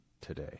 today